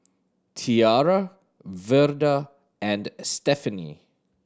Tiarra Verda and Stephenie